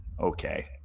Okay